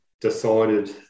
decided